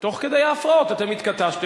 אני קובע שהצעת חוק צמצום תקופת הצינון